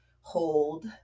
hold